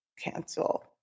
cancel